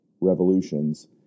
revolutions